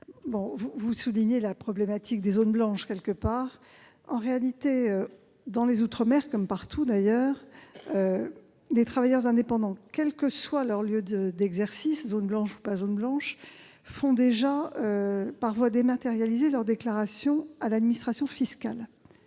vous soulignez le problème des zones blanches. En réalité, dans les outre-mer, comme partout, d'ailleurs, les travailleurs indépendants, quel que soit leur lieu d'exercice, zone blanche ou pas, effectuent déjà par voie dématérialisée leurs déclarations à l'administration fiscale